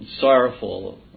sorrowful